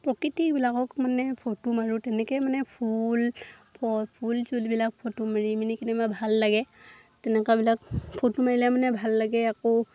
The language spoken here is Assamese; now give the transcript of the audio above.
প্ৰকৃতিবিলাকক মানে ফটো মাৰোঁ তেনেকৈ মানে ফুল ফ ফুল চুলবিলাক ফটো মাৰি মানে কেনেবা ভাল লাগে তেনেকুৱাবিলাক ফটো মাৰিলে মানে ভাল লাগে আকৌ